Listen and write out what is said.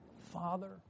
Father